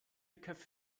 köpfe